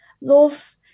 love